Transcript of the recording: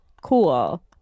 cool